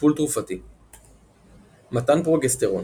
טיפול תרופתי מתן פרוגסטרון